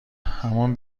همان